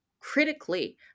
critically